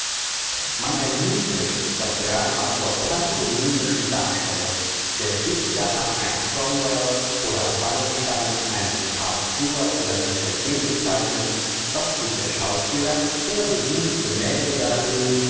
man erniedrigt das drama zur pantomimischen darstellung der dichter hat einen cromwell oder wallenstein einen karl stuart oder richelieu gezeichnet was tut der schauspieler er besucht